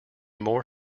more